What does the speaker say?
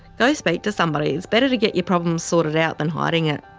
go speak to somebody. it's better to get your problem sorted out than hiding it,